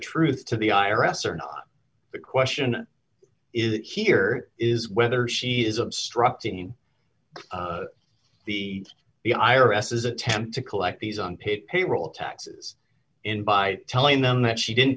truth to the i r s or not the question is here is whether she is obstructing the the i r s is attempt to collect these on pit payroll taxes in by telling them that she didn't